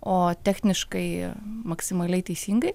o techniškai maksimaliai teisingai